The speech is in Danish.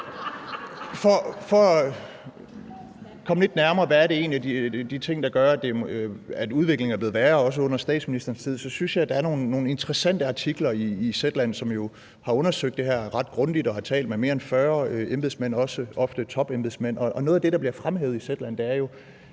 For at komme det lidt nærmere, hvad det egentlig er for ting, der gør, at udviklingen er blevet værre, også under statsministerens tid, synes jeg, at der er nogle interessante artikler i Zetland, som jo har undersøgt det her ret grundigt og har talt mere med end 40 embedsmænd, også ofte topembedsmænd, og noget af det, der bliver fremhævet i Zetland, er jo,